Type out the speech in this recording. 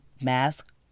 mask